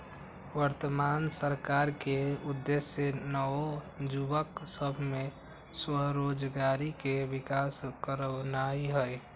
वर्तमान सरकार के उद्देश्य नओ जुबक सभ में स्वरोजगारी के विकास करनाई हई